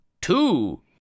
two